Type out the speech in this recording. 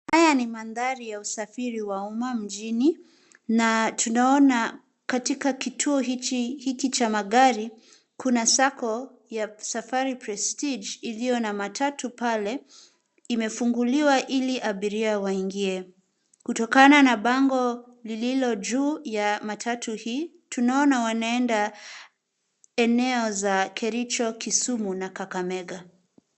Haya ni mandhari ya usafiri wa umma mjini, na tunaona katika kituo hiki cha magari, kuna sacco ya Safari prestige iliyo na matatu pale, imefunguliwa ili abiria waingie. Kutokana na bango lililo juu ya matatu hii, tunaona wanaenda eneo za Kericho, Kisumu na Kakamega.